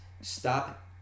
stop